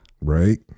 Right